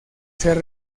ser